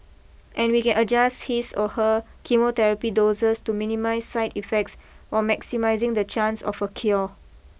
and we can adjust his or her chemotherapy doses to minimise side effects while maximising the chance of a cure